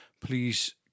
please